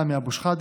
וסמי אבו שחאדה,